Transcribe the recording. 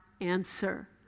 answer